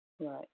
Right